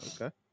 Okay